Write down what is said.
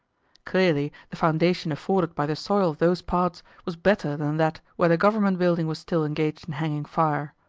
clearly the foundation afforded by the soil of those parts was better than that where the government building was still engaged in hanging fire!